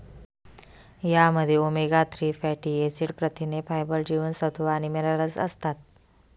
यामध्ये omega three fatty acid, प्रथिने, fibre, जीवनसत्व आणि मिनरल्स असतात